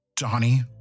Donnie